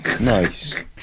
nice